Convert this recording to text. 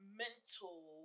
mental